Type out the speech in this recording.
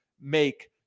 make